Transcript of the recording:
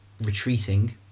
retreating